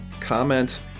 comment